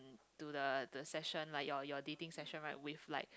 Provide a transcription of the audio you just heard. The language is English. to the the session like your your dating session right with like